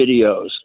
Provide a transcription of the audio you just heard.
videos